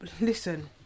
listen